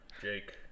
Jake